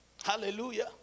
Hallelujah